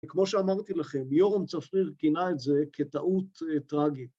כמו שאמרתי לכם, יורם צפריר כינה את זה כטעות טראגית.